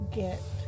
get